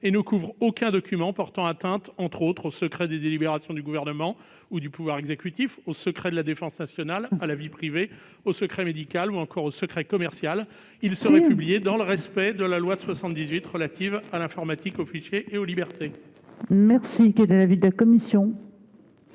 et ne couvrent aucun document portant atteinte, entre autres, au secret des délibérations du Gouvernement ou du pouvoir exécutif, au secret de la défense nationale, à la vie privée, au secret médical ou encore au secret commercial. Ils seraient publiés dans le respect de la loi de 1978 relative à l'informatique, aux fichiers et aux libertés. Quel est l'avis de la commission ?